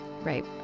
Right